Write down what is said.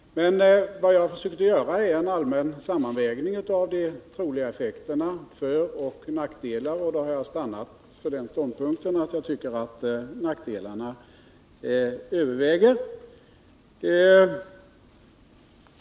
Jag försökte tidigare göra en allmän sammanvägning av de troliga effekternas föroch nackdelar, och då har jag stannat för den ståndpunkten att jag tycker nackdelarna överväger.